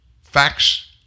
Facts